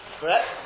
Correct